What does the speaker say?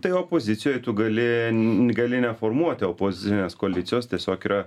tai opozicijoj tu gali gali neformuoti opozicinės koalicijos tiesiog yra